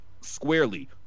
squarely